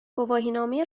گواهینامه